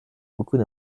beaucoup